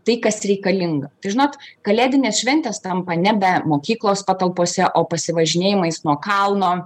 tai kas reikalinga žinot kalėdinės šventės tampa nebe mokyklos patalpose o pasivažinėjimais nuo kalno